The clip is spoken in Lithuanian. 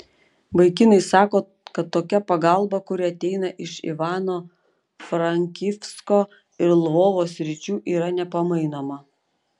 vaikinai sako kad tokia pagalba kuri ateina iš ivano frankivsko ir lvovo sričių yra nepamainoma